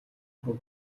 бүр